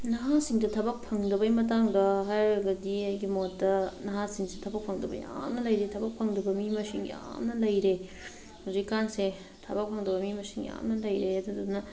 ꯅꯍꯥꯁꯤꯡꯗ ꯊꯕꯛ ꯐꯪꯗꯕꯒꯤ ꯃꯇꯥꯡꯗ ꯍꯥꯏꯔꯒꯗꯤ ꯑꯩꯒꯤ ꯃꯣꯠꯇ ꯅꯍꯥꯁꯤꯡꯁꯤ ꯊꯕꯛ ꯐꯪꯗꯕ ꯌꯥꯝꯅ ꯂꯩꯔꯦ ꯊꯕꯛ ꯐꯪꯗꯕ ꯃꯤ ꯃꯁꯤꯡ ꯌꯥꯝꯅ ꯂꯩꯔꯦ ꯍꯧꯖꯤꯛꯀꯥꯟꯁꯦ ꯊꯕꯛ ꯐꯪꯗꯕ ꯃꯤ ꯃꯁꯤꯡ ꯌꯥꯝꯅ ꯂꯩꯔꯦ ꯑꯗꯨꯗꯨꯅ